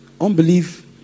Unbelief